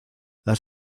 las